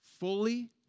fully